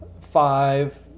five